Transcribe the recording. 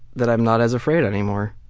that i'm not as afraid anymore.